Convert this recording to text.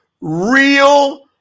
real